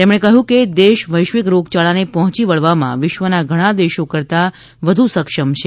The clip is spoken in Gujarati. તેમણે કહ્યું કે દેશ વૈશ્વિક રોગયાળાને પહોયી વળવામાં વિશ્વના ઘણા દેશો કરતાં વધુ સક્ષમ છે